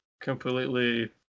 completely